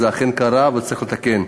זה אכן קרה וצריך לתקן.